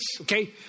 okay